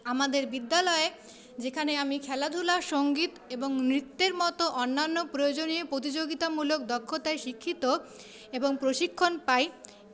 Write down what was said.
আমাদের বিদ্যালয়ে যেখানে আমি খেলাধুলা সঙ্গীত এবং নৃত্যের মতো অন্যান্য প্রয়োজনীয় প্রতিযোগিতামূলক দক্ষতায় শিক্ষিত এবং প্রশিক্ষণ পাই